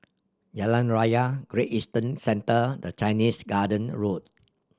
Jalan Raya Great Eastern Centre and Chinese Garden Road